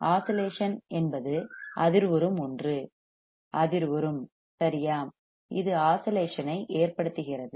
oscillation என்பது அதிர்வுறும் ஒன்று அதிர்வுறும் சரியா இது ஆஸிலேஷன் ஐ ஏற்படுத்துகிறது